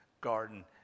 garden